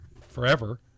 forever